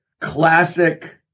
classic